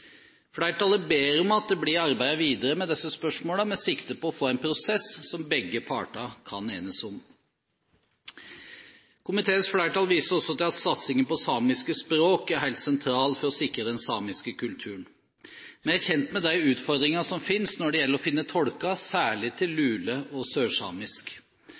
Flertallet ber om at det blir arbeidet videre med disse spørsmålene med sikte på å få en prosess som begge parter kan enes om. Komiteens flertall viser også til at satsingen på samiske språk er helt sentral for å sikre den samiske kulturen. Vi er kjent med de utfordringer som finnes når det gjelder å finne tolker, særlig til lule- og sørsamisk.